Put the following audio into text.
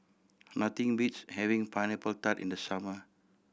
nothing beats having Pineapple Tart in the summer